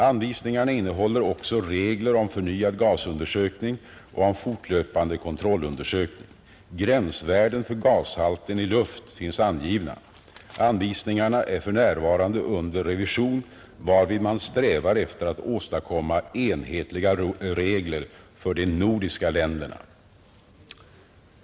Anvisningarna innehåller också regler om förnyad gasundersökning och om fortlöpande kontrollundersökning. Gränsvärden för gashalten i luft finns angivna. Anvisningarna är för närvarande under revision, varvid man strävar efter att åstadkomma enhetliga regler för de nordiska länderna.